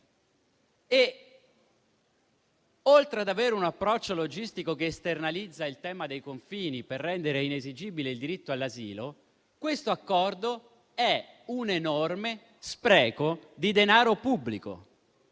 Oltre ad avere un approccio logistico, che esternalizza il tema dei confini per rendere inesigibile il diritto all'asilo, questo accordo è un enorme spreco di denaro pubblico.